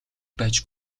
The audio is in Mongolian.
байж